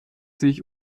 sich